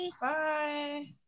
Bye